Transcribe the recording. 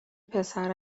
پسر